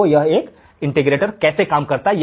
तो यह है कि इंटीग्रेटर कैसे काम करता है